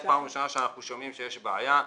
פעם ראשונה שאנחנו שומעים שיש בעיה.